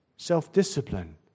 Self-discipline